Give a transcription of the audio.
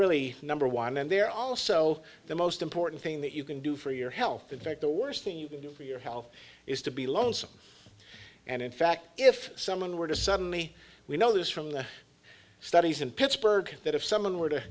really number one and they're also the most important thing that you can do for your health in fact the worst thing you can do for your health is to be lonesome and in fact if someone were to suddenly we know this from the studies in pittsburgh that if someone were to